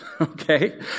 okay